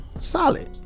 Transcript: Solid